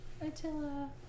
Attila